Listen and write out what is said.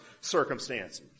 circumstances